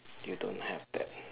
you don't have that